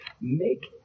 Make